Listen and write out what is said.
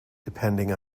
depending